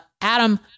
Adam